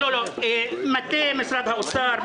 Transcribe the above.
מטה משרד האוצר,